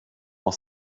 auch